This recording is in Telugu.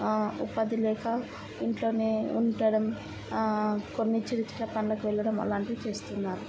ఉపాధి లేక ఇంట్లోనే ఉండడం కొన్ని చిన్న చిన్న పనులకు వెళ్ళడం అలాంటివి చేస్తున్నారు